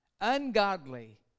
Ungodly